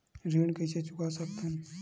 ऋण कइसे चुका सकत हन?